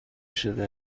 شده